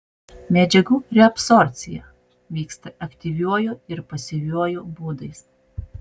medžiagų reabsorbcija vyksta aktyviuoju ir pasyviuoju būdais